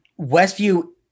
Westview